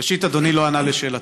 ראשית, אדוני לא ענה על שאלתי.